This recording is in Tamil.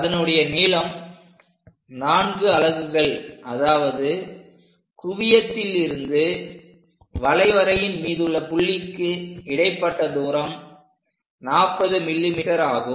அதனுடைய நீளம் 4 அலகுகள் அதாவது குவியத்தில் இருந்து வளைவரையின் மீதுள்ள புள்ளிக்கு இடைப்பட்ட தூரம் 40 mm ஆகும்